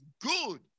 good